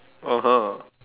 (uh huh)